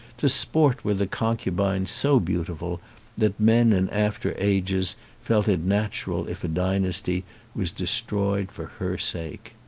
to sport with a concubine so beautiful that men in after ages felt it natural if a dynasty was destroyed for her sake.